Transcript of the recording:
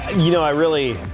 you know i really.